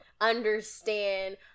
Understand